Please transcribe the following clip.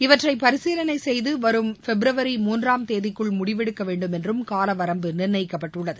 இவற்றை பரிசீலனை செய்து வரும் பிப்ரவரி மூன்றாம் தேதிக்குள் முடிவெடுக்க வேண்டும் என்றும் கால வரம்பு நிர்ணயிக்கப்பட்டுள்ளது